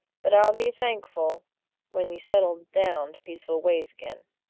but i'll be thankful when you settle down to peaceful ways again.